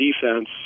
defense